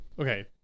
okay